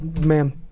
Ma'am